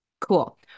Cool